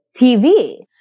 TV